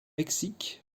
mexique